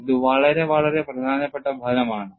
ഇത് വളരെ വളരെ പ്രധാനപ്പെട്ട ഫലം ആണ്